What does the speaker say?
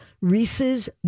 Reese's